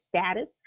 status